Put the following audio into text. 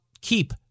keep